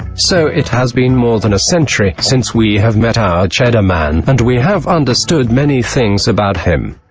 so it has been more than a century, since we have met our cheddar man, and we have understood many things about him.